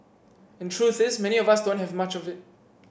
and truth is many of us don't have much of it